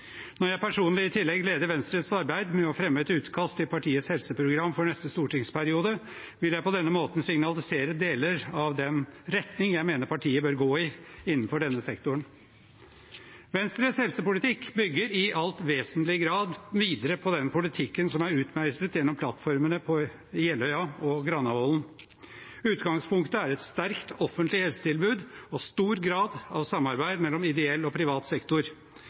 Når jeg personlig i tillegg leder Venstres arbeid med å fremme et utkast til partiets helseprogram for neste stortingsperiode, vil jeg på denne måten signalisere deler av den retning jeg mener partiet bør gå i innenfor denne sektoren. Venstres helsepolitikk bygger i all vesentlig grad videre på den politikken som er utmeislet gjennom plattformene på Jeløya og Granavolden. Utgangspunktet er et sterkt offentlig helsetilbud og stor grad av samarbeid mellom ideell og privat sektor.